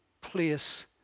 place